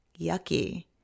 yucky